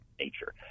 nature